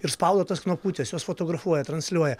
ir spaudo tas knopkutes juos fotografuoja transliuoja